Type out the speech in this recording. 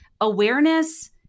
awareness